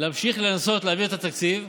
להמשיך לנסות להעביר את התקציב,